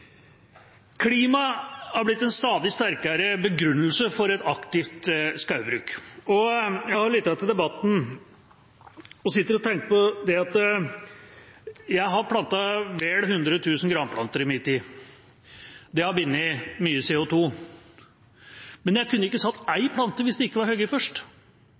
Klimaet har blitt en stadig sterkere begrunnelse for aktivt skogbruk. Jeg har lyttet til debatten og tenker på at jeg har plantet vel 100 000 granplanter i min tid. Det har bundet mye CO2. Men jeg kunne ikke satt en eneste plante hvis det ikke var hogd først.